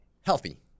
healthy